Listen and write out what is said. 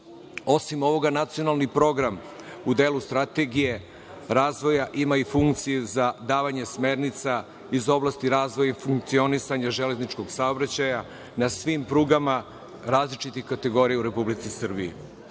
ovoga, nacionalni program u delu strategije razvoja, ima i funkciju za davanje smernica, iz oblasti razvoja i funkcionisanja železničkog saobraćaja, na svim prugama različitih kategorija u Republici Srbiji. Takođe,